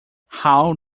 how